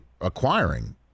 acquiring